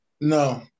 No